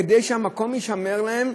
כדי שהמקום יישמר להם,